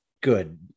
good